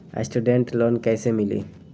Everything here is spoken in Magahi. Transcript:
स्टूडेंट लोन कैसे मिली?